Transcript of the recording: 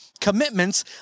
commitments